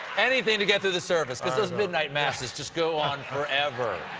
anything to get through the service because those midnight masses just go on forever.